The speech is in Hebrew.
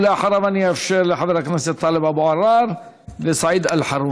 ואחריו אאפשר לחבר הכנסת טלב אבו עראר ולסעיד אלחרומי.